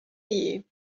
you